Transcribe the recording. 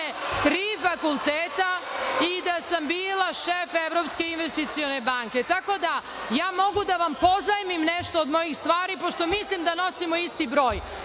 tri fakulteta i da sam bila šef Evropske investicione banke. Mogu da vam pozajmim nešto od mojih stvari, pošto mislim da nosimo isti broj.